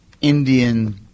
Indian